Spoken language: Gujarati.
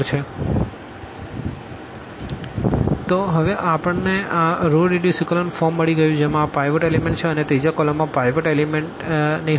b0 0 0 તો હવે આપણને આ રો રીડ્યુસ ઇકોલન ફોર્મ મળી ગયું જેમાં આ પાઈવોટ એલીમેન્ટ છે અને આ ત્રીજા કોલમ માં પાઈવોટ એલીમેન્ટ ની હોઈ